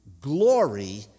glory